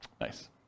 Nice